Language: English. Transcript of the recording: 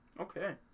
Okay